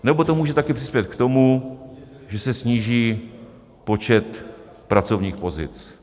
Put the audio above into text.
Nebo to může také přispět k tomu, že se sníží počet pracovních pozic.